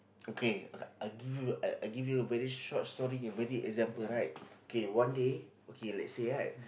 okay I give you I give you a very short story very example right okay one day okay let's say right